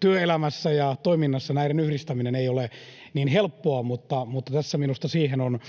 työelämässä ja toiminnassa näiden yhdistäminen ei ole niin helppoa, mutta tässä minusta siihen on